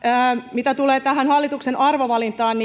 mitä tulee hallituksen arvovalintaan